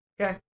Okay